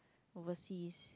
overseas